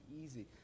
easy